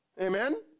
Amen